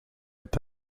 est